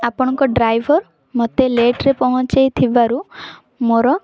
ଆପଣଙ୍କ ଡ୍ରାଇଭର ମୋତେ ଲେଟ୍ରେ ପହଞ୍ଚାଇଥିବାରୁ ମୋର